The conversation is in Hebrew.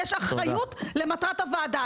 יש אחריות למטרת הוועדה.